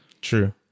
True